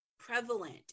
prevalent